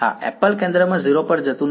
હા એપલ કેન્દ્રમાં 0 પર નથી જતું